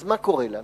אז מה קורה לנו?